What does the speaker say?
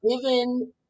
given